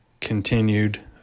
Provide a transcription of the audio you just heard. continued